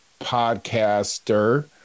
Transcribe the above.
podcaster